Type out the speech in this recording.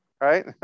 right